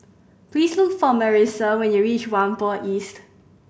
please look for Marissa when you reach Whampoa East